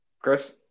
Chris